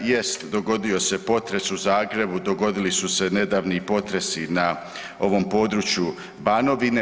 Jest dogodio se potres u Zagrebu, dogodili su se nedavni potresi na ovom području Banovine.